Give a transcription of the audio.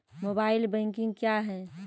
Mobile banking क्या हैं?